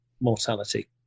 mortality